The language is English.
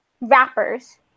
rappers